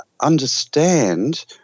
understand